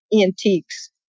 antiques